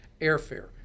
airfare